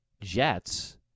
Jets